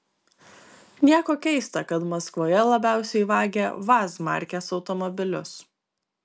nieko keista kad maskvoje labiausiai vagia vaz markės automobilius